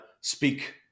speak